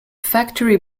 factory